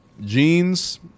jeans